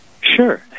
Sure